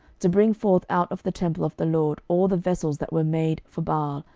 to bring forth out of the temple of the lord all the vessels that were made for baal,